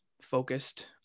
focused